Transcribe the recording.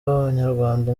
w’abanyarwanda